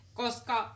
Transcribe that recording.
koska